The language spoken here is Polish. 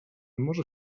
może